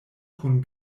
kun